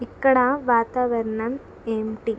ఇక్కడ వాతావరణం ఏంటి